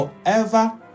forever